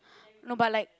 no but like